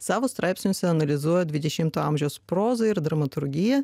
savo straipsniuose analizuoja dvidešimto amžiaus prozą ir dramaturgiją